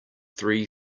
three